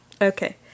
Okay